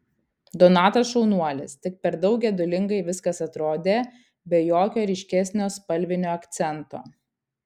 donatas šaunuolis tik per daug gedulingai viskas atrodė be jokio ryškesnio spalvinio akcento